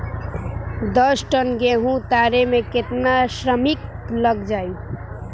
दस टन गेहूं उतारे में केतना श्रमिक लग जाई?